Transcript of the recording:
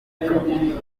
gukora